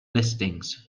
listings